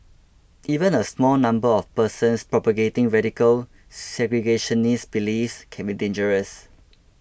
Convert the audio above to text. even a small number of persons propagating radical segregationist beliefs can be dangerous